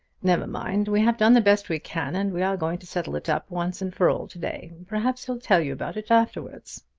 never mind we have done the best we can, and we are going to settle it up once and for all to-day. perhaps he'll tell you about it afterward.